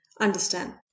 understand